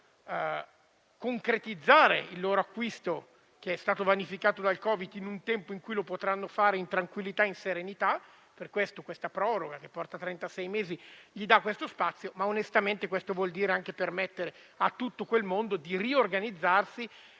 concretizzare il loro acquisto, vanificato dal Covid, in un tempo in cui lo potranno fare in tranquillità e in serenità e la proroga fino a trentasei mesi dà questo spazio, ma onestamente questo vuol dire anche permettere a tutto quel mondo di riorganizzarsi